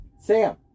Sam